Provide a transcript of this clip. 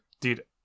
Dude